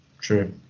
True